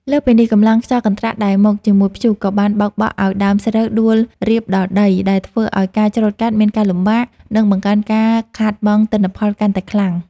លើសពីនេះ កម្លាំងខ្យល់កន្ត្រាក់ដែលមកជាមួយព្យុះ ក៏បានបោកបក់ឱ្យដើមស្រូវដួលរាបដល់ដី ដែលធ្វើឱ្យការច្រូតកាត់មានការលំបាក និងបង្កើនការខាតបង់ទិន្នផលកាន់តែខ្លាំង។